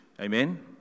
Amen